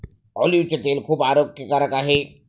ऑलिव्हचे तेल खूप आरोग्यकारक आहे